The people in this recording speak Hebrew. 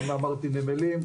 גם נמלים,